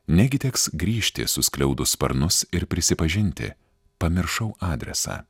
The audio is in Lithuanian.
negi teks grįžti suskliaudus sparnus ir prisipažinti pamiršau adresą